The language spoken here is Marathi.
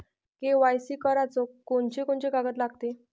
के.वाय.सी कराच कोनचे कोनचे कागद लागते?